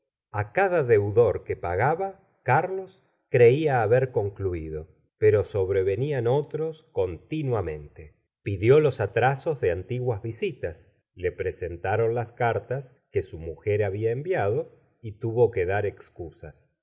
a cada deudor que pagaba carlos creía haber concluido pero sobrevenian otros continuamente pidió los atrasos de antiguas visitas le presentaron las cartas que su mujer había enviado y tuvo que dar excusas